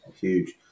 Huge